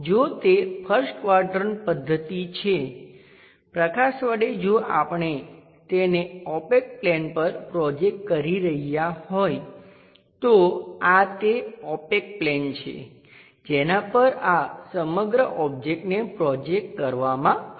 જો તે 1st quadrant પદ્ધતિ છે પ્રકાશ વડે જો આપણે તેને ઓપેક પ્લેન પર પ્રોજેક્ટ કરી રહ્યા હોય તો આ તે ઓપેક પ્લેન છે જેના પર આ સમગ્ર ઓબ્જેક્ટને પ્રોજેકટ કરવામાં આવશે